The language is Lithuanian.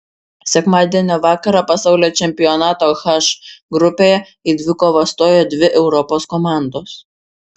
sekmadienio vakarą pasaulio čempionato h grupėje į dvikovą stojo dvi europos komandos